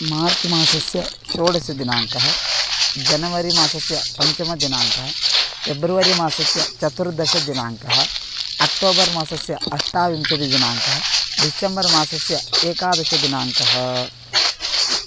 मार्च् मासस्य षोडशदिनाङ्कः जनवरि मासस्य पञ्चमदिनाङ्कः पेब्रवरि माससस्य चतुर्दशदिनाङ्कः अक्टोबर् मासस्य अष्टाविंशतिदिनाङ्कः डिसेम्बर् मासस्य एकादशदिनाङ्कः